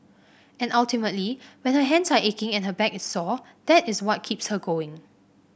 and ultimately when her hands are aching and her back is sore that is what keeps her going